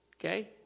Okay